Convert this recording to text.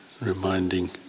reminding